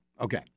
Okay